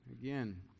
again